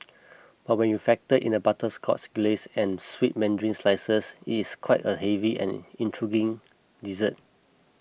but when you factor in the butterscotch glace and sweet mandarin slices it is quite a heavy and intriguing dessert